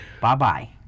bye-bye